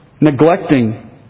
neglecting